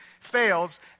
fails